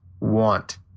want